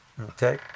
Okay